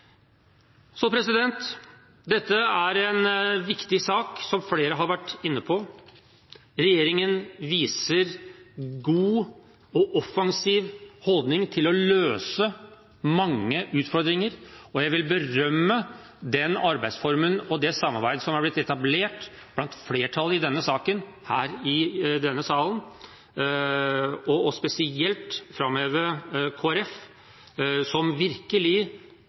Dette er en viktig sak, som flere har vært inne på. Regjeringen viser en god og offensiv holdning til å løse mange utfordringer, og jeg vil berømme arbeidsformen og samarbeidet som er blitt etablert i denne saken blant flertallet her i denne salen, og spesielt framheve Kristelig Folkeparti, som virkelig